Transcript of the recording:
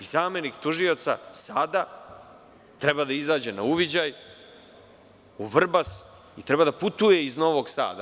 Zamenik tužioca sada treba da izađe na uviđaj u Vrbas i treba da putuje iz Novog Sada.